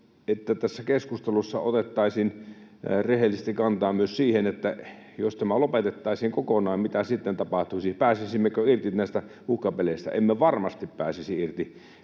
että tässä keskustelussa otettaisiin rehellisesti kantaa myös siihen, että jos tämä lopetettaisiin kokonaan, niin mitä sitten tapahtuisi. Pääsisimmekö irti näistä uhkapeleistä? Emme varmasti pääsisi irti.